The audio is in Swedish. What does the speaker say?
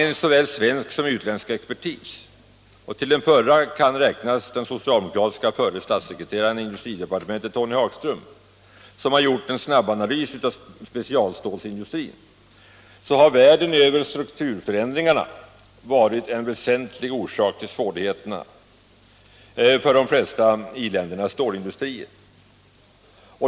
Enligt svensk såväl som utländsk expertis — och till den förra kan räknas den socialdemokratiske förre statssekreteraren i industridepartementet Tony Hagström, som gjort en snabbanalys av specialstålsindustrin — så har världen över strukturförändringarna varit en väsentlig orsak till svårigheterna för de flesta i-ländernas stålindustrier.